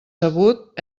sabut